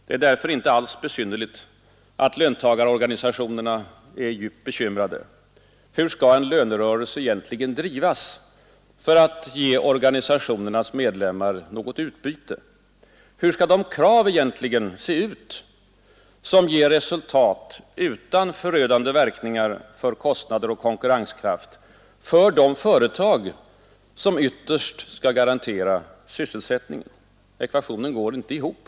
Det är därför inte alls besynnerligt att löntagarorganisationerna är djupt bekymrade. Hur skall en lönerörelse egentligen drivas för att ge organisationernas medlemmar något utbyte? Hur skall de krav egentligen se ut som ger resultat utan förödande verkningar för kostnader och konkurrenskraft för de företag som ytterst skall garantera sysselsättningen? Ekvationen går inte ihop.